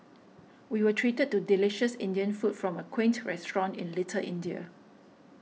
we were treated to delicious Indian food from a quaint restaurant in Little India